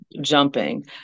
jumping